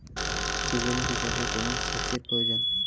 সূর্যমুখি চাষে কেমন সেচের প্রয়োজন?